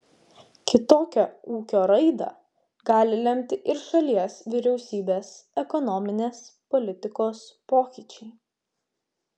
kitokią ūkio raidą gali lemti ir šalies vyriausybės ekonominės politikos pokyčiai